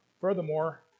Furthermore